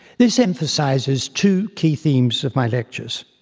this emphasises two key themes of my lectures.